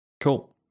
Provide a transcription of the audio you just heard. Cool